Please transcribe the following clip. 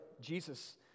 Jesus